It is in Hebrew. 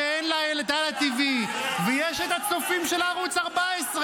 שאין לה את הלא TV. יש את הצופים של ערוץ 14,